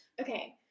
Okay